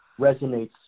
resonates